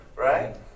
Right